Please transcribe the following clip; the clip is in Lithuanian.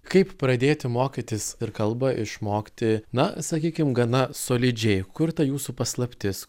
kaip pradėti mokytis ir kalbą išmokti na sakykim gana solidžiai kur ta jūsų paslaptis